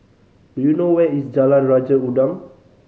do you know where is Jalan Raja Udang